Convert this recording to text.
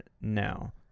now